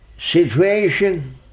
situation